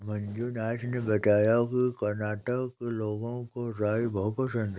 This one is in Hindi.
मंजुनाथ ने बताया कि कर्नाटक के लोगों को राई बहुत पसंद है